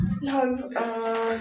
No